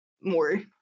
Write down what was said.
more